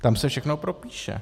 Tam se všechno propíše.